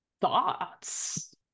thoughts